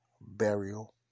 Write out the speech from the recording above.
Burial